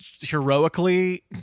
heroically